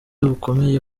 bukomeye